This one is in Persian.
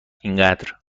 اینقدر